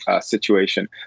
situation